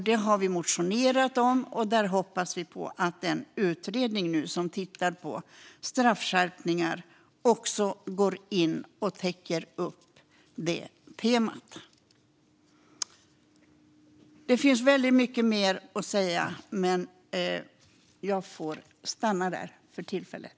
Det har vi motionerat om, och vi hoppas att den utredning som nu tittar på straffskärpningar täcker in det temat. Det finns väldigt mycket mer att säga, men jag får stanna där för tillfället.